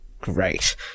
Great